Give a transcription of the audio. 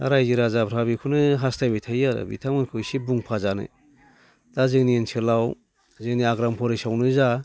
रायजो राजाफ्रा बेखौनो हास्थायबाय थायो आरो बिथांमोनखौ एसे बुंफाजानो दा जोंनि ओनसोलाव जोंनि आग्राम फरेस्टआवनो जा